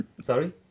Sorry